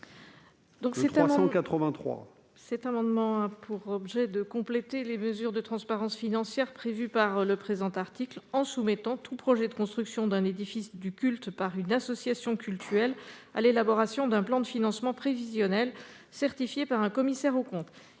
Cet amendement vise à compléter les mesures de transparence financière prévues par le présent article en soumettant tout projet de construction d'un édifice du culte par une association cultuelle à l'élaboration d'un plan de financement prévisionnel, certifié par un commissaire aux comptes.